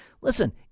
listen